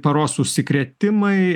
paros užsikrėtimai